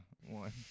one